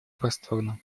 просторно